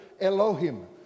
Elohim